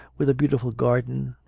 with a beautiful garden,